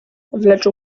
wyleczył